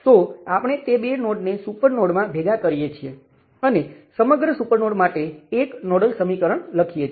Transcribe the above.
તેથી આ બીજા મેશમાં રેઝિસ્ટરનો ફાળો છે